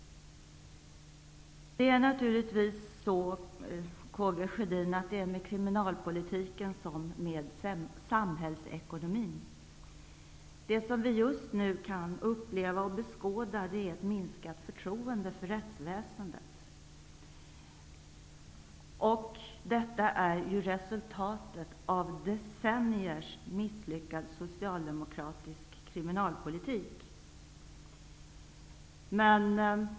Det är naturligtvis, Karl Gustaf Sjödin, på samma sätt med kriminalpolitiken som med samhällsekonomin. Det som vi just nu upplever och kan beskåda är ett minskat förtroende för rättsväsendet. Detta är resultatet av decennier av misslyckad socialdemokratisk kriminalpolitik.